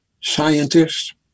scientists